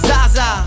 Zaza